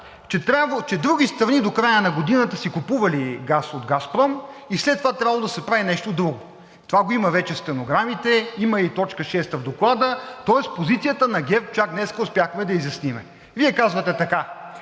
че други страни до края на годината си купували газ от „Газпром“ и след това трябвало да се прави нещо друго. Това го има вече в стенограмите, има я и точка шеста в Доклада, тоест позицията на ГЕРБ чак днес успяхме да изясним. Вие казвате така,